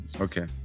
Okay